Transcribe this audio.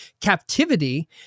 captivity